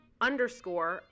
underscore